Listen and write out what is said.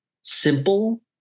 simple